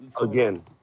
Again